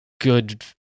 good